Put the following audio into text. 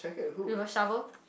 with a shovel